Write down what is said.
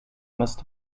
must